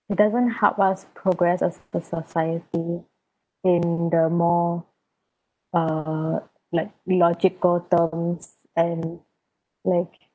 it doesn't help us progress as the society in the more uh like logical terms and like